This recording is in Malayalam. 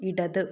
ഇടത്